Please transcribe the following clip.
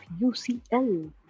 UCL